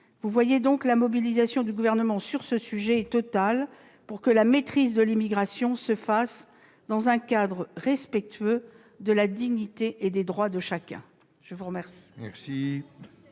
vous le voyez, la mobilisation du Gouvernement est totale pour que la maîtrise de l'immigration se fasse dans un cadre respectueux de la dignité et des droits de chacun. La parole